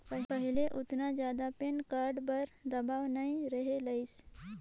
पहिले ओतना जादा पेन कारड बर दबाओ नइ रहें लाइस